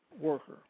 worker